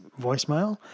voicemail